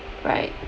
right